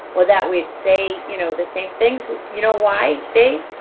or that we'd say you know the same things, you know why dave?